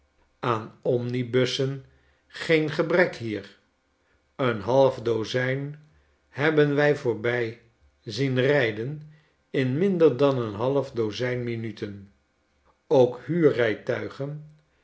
aan omnibussen geen gebrek hier een half dozijn hebben wij voorbij zien rijden in minder dan een half dozijn minuten ook huurrijtuigen